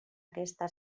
aquesta